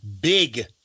big